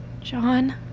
John